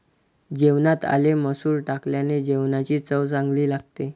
जेवणात आले मसूर टाकल्याने जेवणाची चव चांगली लागते